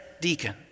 deacon